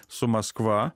su maskva